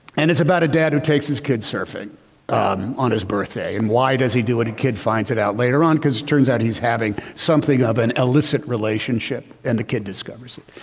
and it's about a dad who takes his kids surfing on his birthday. and why does he do it a kid finds it out later on because it turns out he's having something of an illicit relationship and the kid discovers it.